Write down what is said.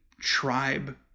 tribe